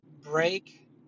Break